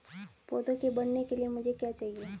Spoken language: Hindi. पौधे के बढ़ने के लिए मुझे क्या चाहिए?